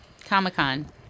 comic-con